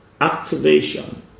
activation